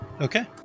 Okay